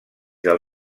del